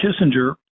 kissinger